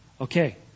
okay